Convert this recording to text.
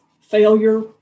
failure